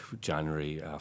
January